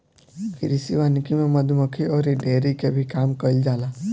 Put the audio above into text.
कृषि वानिकी में मधुमक्खी अउरी डेयरी के भी काम कईल जाला